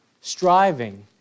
Striving